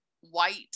white